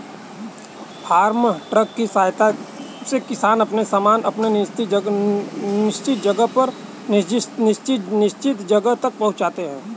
farm truck की सहायता से किसान अपने सामान को अपने निश्चित जगह तक पहुंचाते हैं